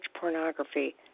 pornography